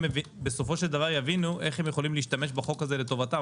שבסופו של דבר יבינו איך הם יכולים להשתמש בחוק הזה לטובתם.